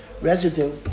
residue